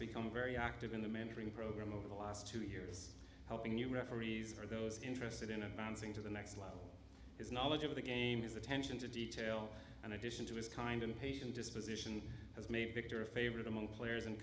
become very active in the mentoring program over the last two years helping new referees are those interested in advancing to the next level his knowledge of the game is attention to detail in addition to his kind and patient disposition has made victor a favorite among players and